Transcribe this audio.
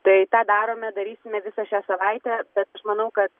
tai tą darome darysime visą šią savaitę bet aš manau kad